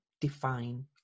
define